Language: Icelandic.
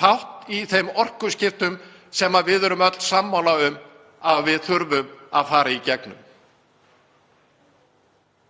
þátt í þeim orkuskiptum sem við erum öll sammála um að við þurfum að fara í gegnum.